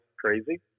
crazy